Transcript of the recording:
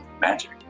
magic